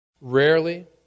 Rarely